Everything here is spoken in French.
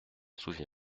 souviens